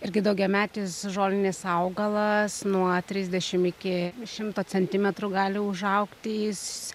irgi daugiametis žolinis augalas nuo trisdešimt iki šimto centimetrų gali užaugti jis